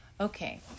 Okay